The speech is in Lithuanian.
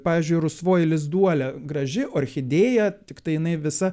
pavyzdžiui rusvoji lizduolė graži orchidėja tiktai jinai visa